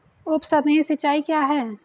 उपसतही सिंचाई क्या है?